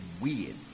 weird